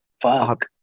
Fuck